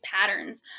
patterns